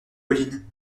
pauline